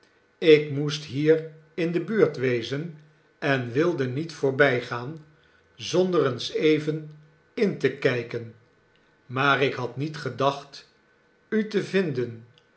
ik moest hier in de buurt wezen en wilde niet voorbijgaan zonder eens even in te kijken maar ik had niet gedacht u te vinden